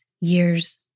years